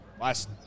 Last